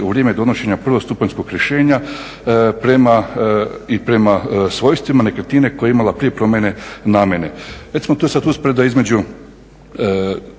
u vrijeme donošenja prvostupanjskog rješenja i prema svojstvima nekretnine koja je imala prije promjene namjene.